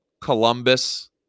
Columbus